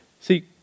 See